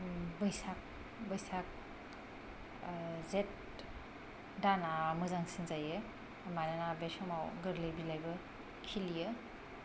बैसाग बैसाग जेथ दानआ मोजांसिन जायो मानोना बै समाव गोरलै बिलाइबो खिलियो